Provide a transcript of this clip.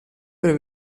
per